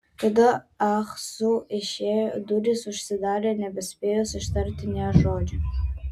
tada ah su išėjo durys užsidarė nebespėjus ištarti nė žodžio